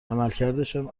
عملکردشان